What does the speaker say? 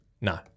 No